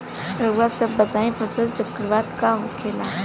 रउआ सभ बताई फसल चक्रवात का होखेला?